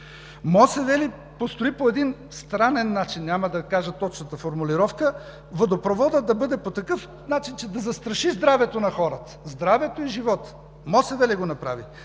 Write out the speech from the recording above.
МОСВ ли построи по един странен начин – няма да кажа точната формулировка, водопроводът да бъде по такъв начин, че да застраши здравето на хората – здравето и живота? МОСВ ли го направи?